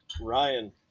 Ryan